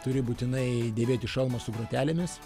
turi būtinai dėvėti šalmą su grotelėmis